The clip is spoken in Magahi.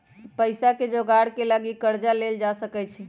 पइसाके जोगार के लागी कर्जा लेल जा सकइ छै